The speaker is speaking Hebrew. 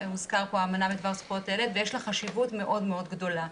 - הוזכרה פה האמנה בדבר זכויות הילד - ויש לה חשיבות מאוד גדולה.